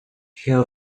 her